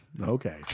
Okay